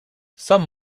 some